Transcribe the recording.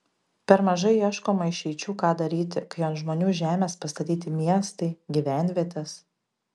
per mažai ieškoma išeičių ką daryti kai ant žmonių žemės pastatyti miestai gyvenvietės